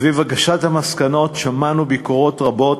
סביב הגשת המסקנות שמענו ביקורות רבות,